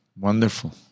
Wonderful